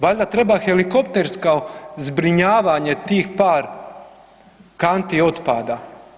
Valjda treba helikoptersko zbrinjavanje tih par kanti otpada.